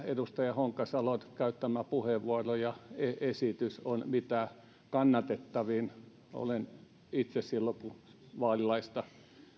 edustaja honkasalon käyttämä puheenvuoro ja esitys on mitä kannatettavin olen itse silloin kun vaalilaista